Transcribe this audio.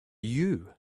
you